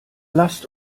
lasst